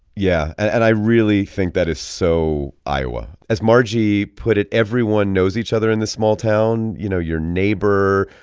yeah. and i really think that is so iowa. as marjie put it, everyone knows each other in this small town. you know, your neighbor,